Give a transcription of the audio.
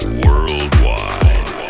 worldwide